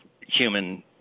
human